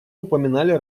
упоминали